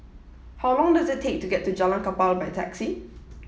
how long does it take to get to Jalan Kapal by taxi